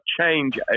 change